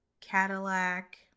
Cadillac